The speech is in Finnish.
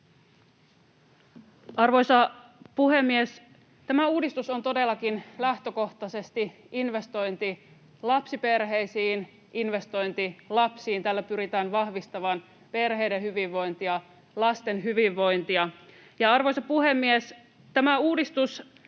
Arvoisa puhemies! Tämä uudistus on todellakin lähtökohtaisesti investointi lapsiperheisiin, investointi lapsiin. Tällä pyritään vahvistamaan perheiden hyvinvointia, lasten hyvinvointia. Arvoisa puhemies! Tämän uudistuksen